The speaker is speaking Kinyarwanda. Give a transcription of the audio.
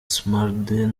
smaragde